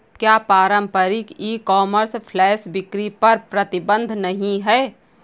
क्या पारंपरिक e commerce flash बिक्री पर प्रतिबंध नहीं है?